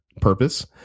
purpose